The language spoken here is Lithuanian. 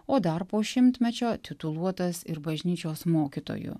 o dar po šimtmečio tituluotas ir bažnyčios mokytoju